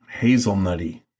hazelnutty